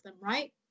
right